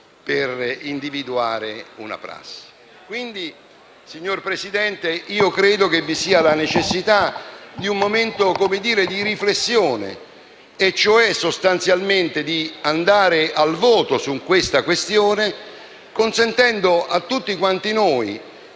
per individuare una prassi. Quindi, signor Presidente, io credo che vi sia la necessità di un momento di riflessione, cioè sostanzialmente di andare al voto su tale questione consentendo a tutti quanti noi